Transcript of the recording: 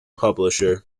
publisher